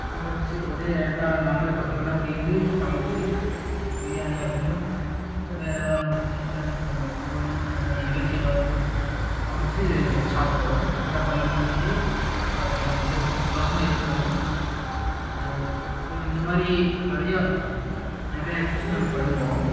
சமைச்சி ஒரே என்ன நாங்களே பசங்களெலாம் சேர்ந்து சமைச்சி பிரியாணியாக இருக்கட்டும் இல்லை வேறு எதாவது ஒன்று இருக்கும் சிக்கன் கோழி இந்த மாதிரி இறைச்சி ஏதாவது சமைச்சி சாப்பிடுவோம் எல்லாம் பகிர்ந்து உண்டு சாப்பிடுவோம் அது வந்து ரொம்ப சந்தோஷமா இருக்கும் இந்த மாதிரி நிறையா நிறையா டிஷ் நாங்கள் பண்ணுவோம்